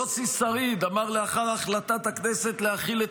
יוסי שריד אמר לאחר החלטת הכנסת להחיל את